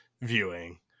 viewing